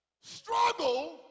Struggle